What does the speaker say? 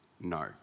No